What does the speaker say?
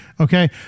Okay